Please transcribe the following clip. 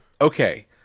okay